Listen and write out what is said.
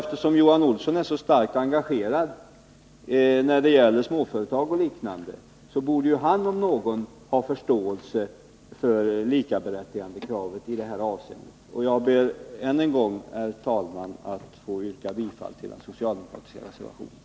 Eftersom Johan Olsson är så starkt engagerad i frågor som rör småföretagen och liknande borde han, om någon, ha förståelse för likaberättigandekraven i det här avseendet. Herr talman! Jag ber att än en gång få yrka bifall till den socialdemokratiska reservationen.